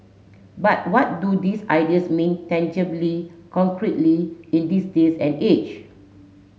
but what do these ideas mean tangibly concretely in this day and age